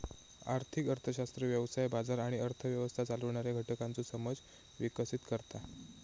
आर्थिक अर्थशास्त्र व्यवसाय, बाजार आणि अर्थ व्यवस्था चालवणाऱ्या घटकांचो समज विकसीत करता